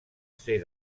ser